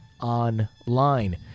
Online